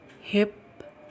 hip